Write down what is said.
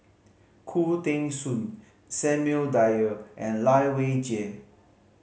Khoo Teng Soon Samuel Dyer and Lai Weijie